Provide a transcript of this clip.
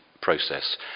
process